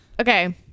Okay